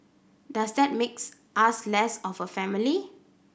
does that make us less of a family